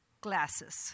glasses